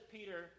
Peter